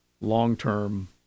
long-term